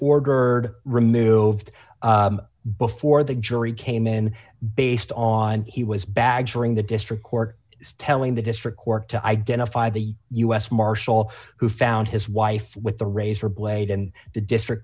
ordered removed before the jury came in based on he was badgering the district court telling the district court to identify the u s marshal who found his wife with a razor blade and the district